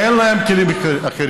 אין להם כלים אחרים.